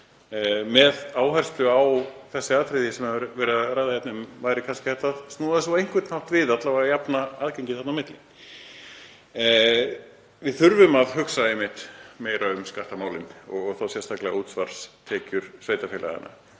Með áherslu á þessi atriði sem er verið að ræða hérna um væri kannski hægt að snúa þessu á einhvern hátt við, alla vega að jafna aðgengi þarna á milli. Við þurfum að hugsa einmitt meira um skattamálin og þá sérstaklega útsvarstekjur sveitarfélaganna